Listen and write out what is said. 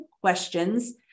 questions